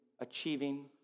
achieving